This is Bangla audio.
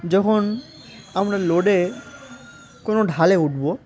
যখন আমরা লোডে কোনো ঢালে উঠব